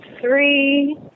three